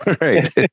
Right